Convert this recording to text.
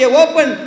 open